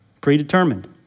Predetermined